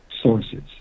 sources